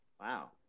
Wow